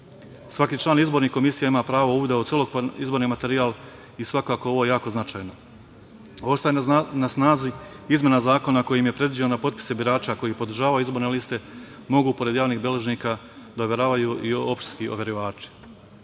Svaki član izborne komisije ima pravo uvid u celokupan izborni materijal i svakako je ovo jako značajno. Ostaje na snazi izmena zakona kojim je predviđeno da potpise birača koji podržavaju izborne liste mogu pored javnih beležnika da overavaju i opštinski overivači.